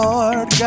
Lord